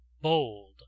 bold